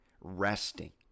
resting